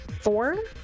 four